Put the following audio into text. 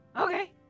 Okay